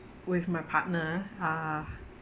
with my partner uh